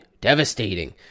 devastating